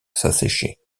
s’assécher